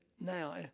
now